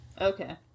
Okay